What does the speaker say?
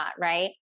right